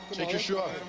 take your shoe off,